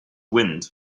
wind